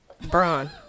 Braun